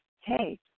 hey